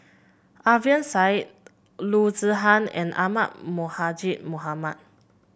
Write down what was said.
Alfian Sa'at Loo Zihan and Ahmad Mohamad